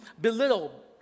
belittle